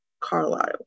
Carlisle